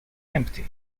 empty